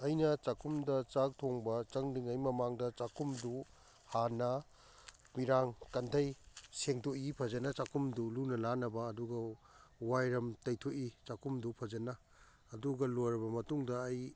ꯑꯩꯅ ꯆꯥꯈꯨꯝꯗ ꯆꯥꯛ ꯊꯣꯡꯕ ꯆꯪꯗ꯭ꯔꯤꯉꯩ ꯃꯃꯥꯡꯗ ꯆꯥꯛꯈꯨꯝꯗꯨ ꯍꯥꯟꯅ ꯃꯤꯔꯥꯡ ꯀꯟꯊꯩ ꯁꯦꯡꯗꯣꯛꯏ ꯐꯖꯅ ꯆꯥꯛꯈꯨꯝꯗꯨ ꯂꯨꯅ ꯅꯥꯟꯅꯕ ꯑꯗꯨꯒ ꯋꯥꯏꯔꯝ ꯇꯩꯊꯣꯛꯏ ꯆꯥꯛꯈꯨꯝꯗꯨ ꯐꯖꯅ ꯑꯗꯨꯒ ꯂꯣꯏꯔꯕ ꯃꯇꯨꯡꯗ ꯑꯩ